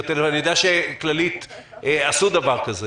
או בטלפון אני יודע שכללית עשו דבר כזה